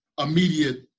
immediate